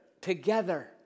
together